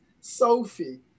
Sophie